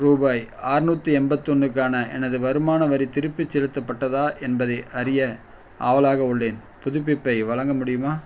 ரூபாய் ஆற்நூற்றி எண்பத்தொண்ணுக்கான எனது வருமான வரி திருப்பிச் செலுத்தப்பட்டதா என்பதை அறிய ஆவலாக உள்ளேன் புதுப்பிப்பை வழங்க முடியுமா